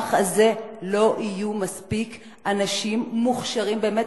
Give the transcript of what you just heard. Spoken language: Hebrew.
במערך הזה לא יהיו מספיק אנשים מוכשרים באמת,